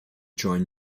join